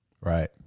Right